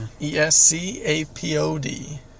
E-S-C-A-P-O-D